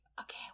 Okay